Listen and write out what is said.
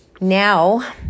Now